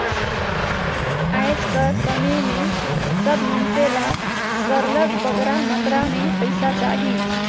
आएज कर समे में सब मइनसे ल सरलग बगरा मातरा में पइसा चाही